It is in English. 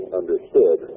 understood